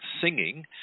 singing